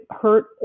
hurt